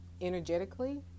energetically